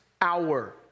hour